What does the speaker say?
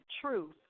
truth